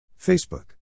Facebook